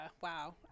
wow